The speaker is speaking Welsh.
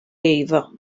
eiddo